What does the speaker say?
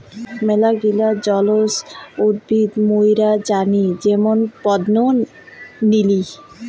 মেলাগিলা জলজ উদ্ভিদ মুইরা জানি যেমন পদ্ম, নিলি